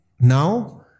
now